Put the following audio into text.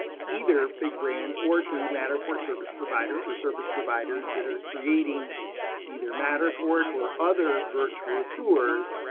ah either big brands or to matterport service providers, or service providers that are creating either matterport or other virtual tours,